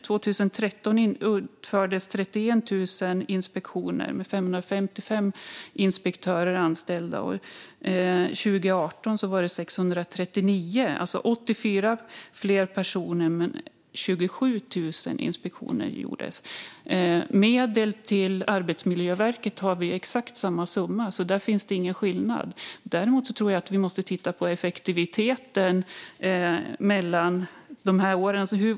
År 2013 utfördes 31 000 inspektioner med 555 inspektörer anställda. År 2018 var det 639 inspektörer. Det var alltså 84 personer fler, men bara 27 000 inspektioner gjordes. När det gäller medel till Arbetsmiljöverket har vi exakt samma summa, så där är det ingen skillnad. Däremot tror jag att vi måste titta på effektiviteten och skillnaden mellan de här åren.